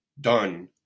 done